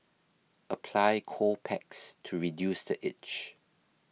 apply cold packs to reduce the itch